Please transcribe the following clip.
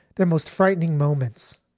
their most frightening moments.